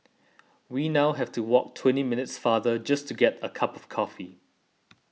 we now have to walk twenty minutes farther just to get a cup of coffee